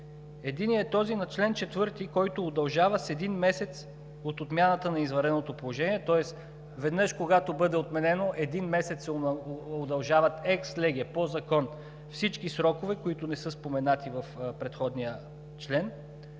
Единият е този на чл. 4, който удължава с един месец от отмяната на извънредното положение, тоест веднъж, когато бъде отменено, един месец се удължават ex lege – по закон, всички срокове, които не са споменати в предходния член,